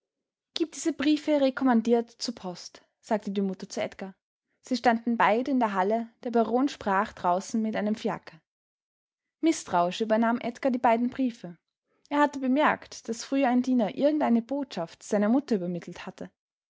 gib diese briefe rekommandiert zur post sagte die mutter zu edgar sie standen beide in der hall der baron sprach draußen mit einem fiaker mißtrauisch übernahm edgar die beiden briefe er hatte bemerkt daß früher ein diener irgendeine botschaft seiner mutter übermittelt hatte